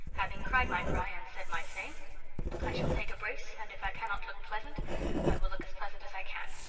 having cried my cry and said my say i shall take a brace, and if i cannot look pleasant i will look as pleasant as i can.